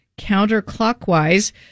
counterclockwise